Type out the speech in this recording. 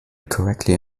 correctly